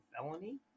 felony